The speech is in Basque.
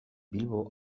bilbo